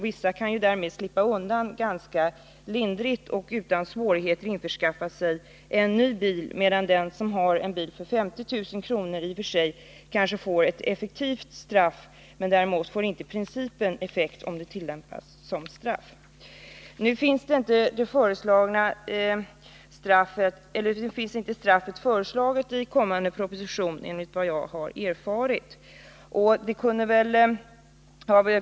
Vissa kan därmed slippa undan ganska lindrigt och utan svårigheter skaffa sig en ny bil, medan den som har en bil för 50 000 kr. i och för sig kanske får ett effektivt straff. Däremot får inte principen effekt, om konfiskation tillämpas som straff. Nu finns inte det här straffet föreslaget i kommande proposition, enligt vad jag har erfarit.